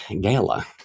gala